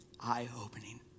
eye-opening